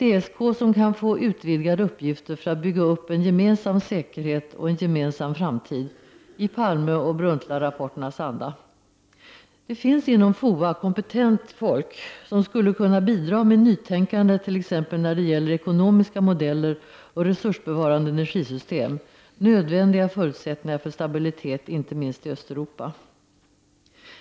ESK kan få utvidgade uppgifter för att bygga upp en gemensam säkerhet och en gemensam framtid, i Palmeoch Brundtland-rapporternas anda. Det finns inom FOA kompetent folk som skulle kunna bidra med nytänkande t.ex. när det gäller ekonomiska modeller och resursbevarande energisystem, nödvändiga förutsättningar för stabilitet, inte minst i Östeuropa.